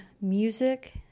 music